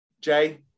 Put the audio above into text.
Jay